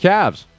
Cavs